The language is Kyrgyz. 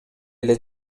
эле